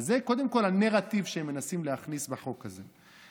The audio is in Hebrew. זה קודם כול הנרטיב שהם מנסים להכניס בחוק הזה.